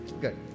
good